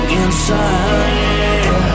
inside